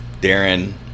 Darren